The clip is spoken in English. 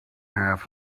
half